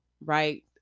right